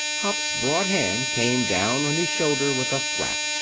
hupp's broad hand came down on his shoulder with a thwack.